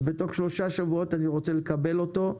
אז בתוך שלושה שבועות אני רוצה לקבל אותו,